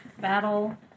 battle